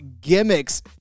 gimmicks